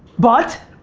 but,